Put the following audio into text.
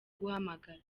guhamagara